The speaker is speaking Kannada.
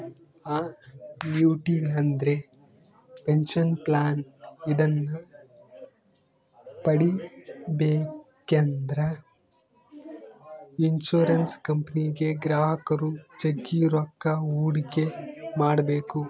ಅನ್ಯೂಟಿ ಅಂದ್ರೆ ಪೆನಷನ್ ಪ್ಲಾನ್ ಇದನ್ನ ಪಡೆಬೇಕೆಂದ್ರ ಇನ್ಶುರೆನ್ಸ್ ಕಂಪನಿಗೆ ಗ್ರಾಹಕರು ಜಗ್ಗಿ ರೊಕ್ಕ ಹೂಡಿಕೆ ಮಾಡ್ಬೇಕು